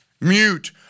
Mute